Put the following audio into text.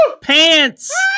pants